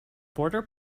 border